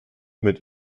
mit